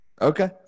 Okay